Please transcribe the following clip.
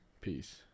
Peace